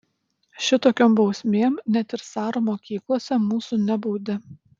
šitokiom bausmėm net ir caro mokyklose mūsų nebaudė